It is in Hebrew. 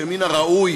שמן הראוי